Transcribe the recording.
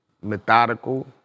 methodical